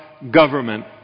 Government